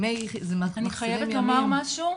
אני חייבת לומר משהו.